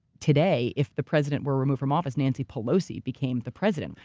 today, if the president were removed from office, nancy pelosi became the president.